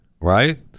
right